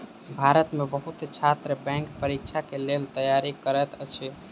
भारत में बहुत छात्र बैंक परीक्षा के लेल तैयारी करैत अछि